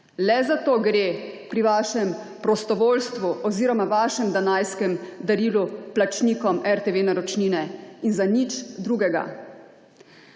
Le za to gre pri vašem prostovoljstvu oziroma vašem danajskem darilu plačnikom RTV naročnine in za nič drugega.